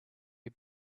you